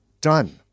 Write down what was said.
Done